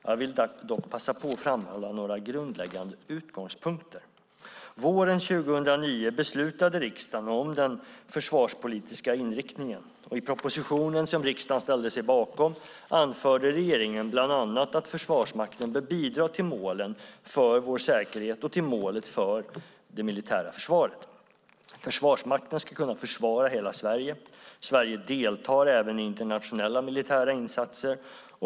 Jag vill dock passa på att framhålla några grundläggande utgångspunkter. Våren 2009 beslutade riksdagen om den försvarspolitiska inriktningen . I propositionen, som riksdagen ställde sig bakom, anförde regeringen bland annat att Försvarsmakten bör bidra till målen för vår säkerhet och till målet för det militära försvaret. Försvarsmakten ska kunna försvara hela Sverige. Sverige deltar även i internationella militära insatser.